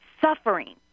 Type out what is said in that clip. suffering